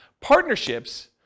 Partnerships